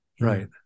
right